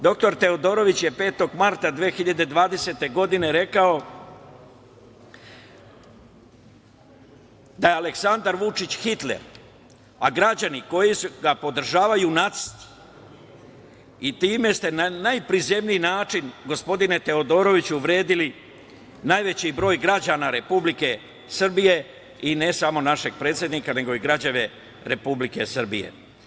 Doktor Teodorović je 5. marta 2020. godine rekao da je Aleksandar Vučić Hitler, a građani koji ga podržavaju nacisti i time ste na najprizemniji način, gospodine Teodoroviću, uvredili najveći broj građana Republike Srbije i ne samo našeg predsednika, nego i građane Republike Srbije.